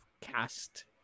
cast